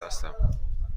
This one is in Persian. هستم